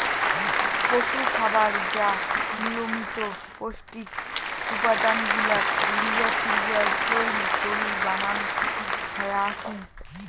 পশুখাবার যা নিয়মিত পৌষ্টিক উপাদান গুলাক ঘুরিয়া ফিরিয়া চইল করি বানান হয়া আছে